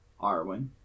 Arwen